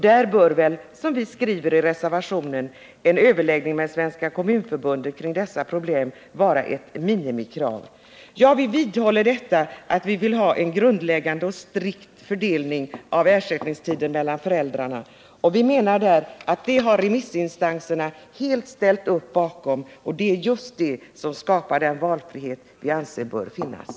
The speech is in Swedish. Där bör väl, som vi skriver i reservationen, en överläggning med Svenska kommunförbundet vara ett minimikrav. Vi vidhåller att vi vill ha en grundläggande och strikt fördelning av ersättningstiden mellan föräldrarna. Vi anser att remissinstanserna helt ställt upp bakom den ståndpunkten. Det är just detta som skapar den valfrihet som vi anser bör finnas.